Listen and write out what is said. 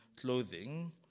clothing